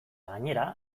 gainera